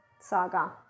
saga